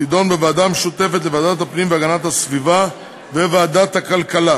תידון בוועדה המשותפת לוועדת הפנים והגנת הסביבה וועדת הכלכלה,